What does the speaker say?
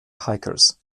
hikers